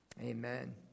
Amen